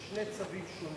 יש שני צווים שונים.